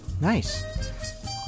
Nice